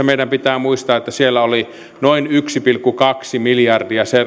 meidän pitää muistaa että vuoden kaksituhattaviisitoista budjetissa oli noin yksi pilkku kaksi miljardia